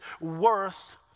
worth